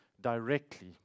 directly